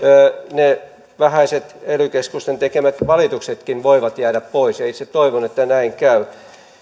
ne vähäiset ely keskusten tekemät valituksetkin voivat jäädä pois ja itse toivon että näin käy